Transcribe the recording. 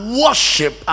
worship